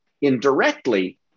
indirectly